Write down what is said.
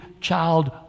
child